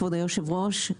כבוד היושב ראש,